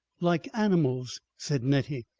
like animals, said nettie.